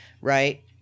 right